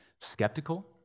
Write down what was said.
skeptical